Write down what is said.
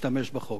תודה.